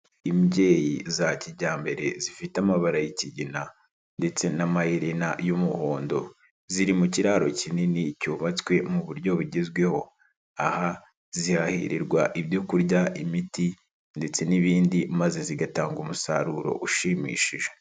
Imbyeyi za kijyambere zifite amabara y'ikigina ndetse n'amaherena y'umuhondo ziri mu kiraro kinini cyubatswe mu buryo bugezweho, aha zihaherirwa ibyoku kurya, imiti, ndetse n'ibindi maze zigatanga umusaruro ushimishije.